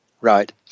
Right